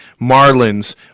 marlins